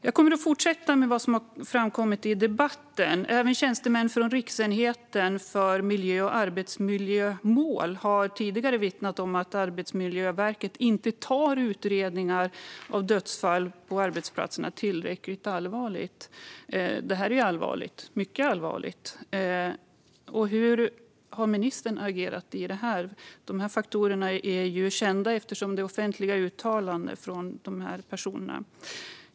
Jag fortsätter med vad som har framkommit i debatten. Även tjänstemän från Riksenheten för miljö och arbetsmiljömål har tidigare vittnat om att Arbetsmiljöverket inte tar utredningar av dödsfall på arbetsplatserna på tillräckligt allvar. Det är mycket allvarligt! Hur har ministern agerat i detta? De faktorerna är kända genom offentliga uttalanden från dessa personer.